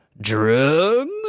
drugs